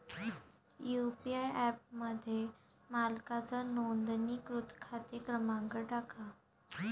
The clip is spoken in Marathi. यू.पी.आय ॲपमध्ये मालकाचा नोंदणीकृत खाते क्रमांक टाका